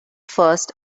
first